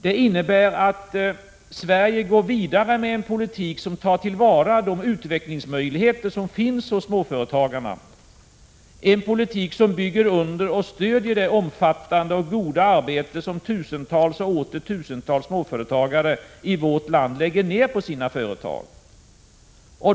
Det innebär att Sverige går vidare med en politik som tar till vara de utvecklingsmöjligheter som finns hos småföretagarna, en politik som bygger under och stöder det omfattande och goda arbete som tusentals och åter tusentals småföretagare i vårt land lägger ned på sina företag.